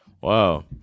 Wow